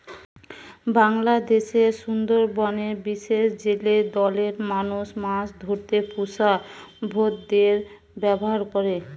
বাংলাদেশের সুন্দরবনের বিশেষ জেলে দলের মানুষ মাছ ধরতে পুষা ভোঁদড়ের ব্যাভার করে